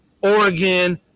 Oregon